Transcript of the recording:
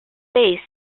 base